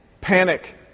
Panic